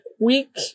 week